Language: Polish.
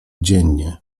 dziennie